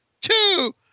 two